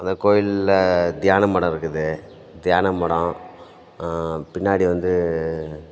அந்தக் கோயிலில் தியான மடம் இருக்குது தியான மடம் பின்னாடி வந்து